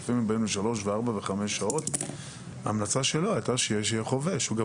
לפעמים הם באים לשלוש וארבע וחמש שעות וההמלצה שלו הייתה שיהיה חובש.